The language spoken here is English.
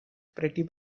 pretty